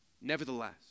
Nevertheless